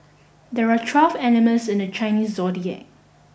there are twelve animals in the Chinese zodiac